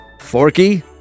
Forky